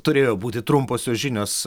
turėjo būti trumposios žinios